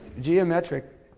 geometric